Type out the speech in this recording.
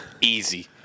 Easy